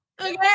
Okay